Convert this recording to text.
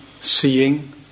seeing